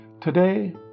Today